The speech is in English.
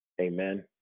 Amen